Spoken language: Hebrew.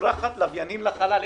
ששולחת לוויינים לחלל,